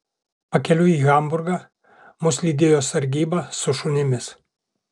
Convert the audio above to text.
pakeliui į hamburgą mus lydėjo sargyba su šunimis